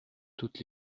toutes